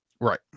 Right